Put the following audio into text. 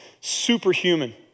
superhuman